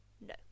No